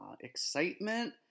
excitement